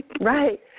Right